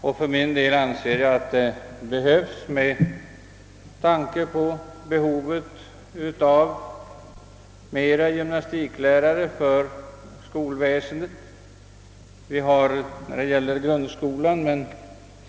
Det är riktigt inte minst med tanke på behovet av flera gymnastiklärare i grundskolan.